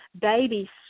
baby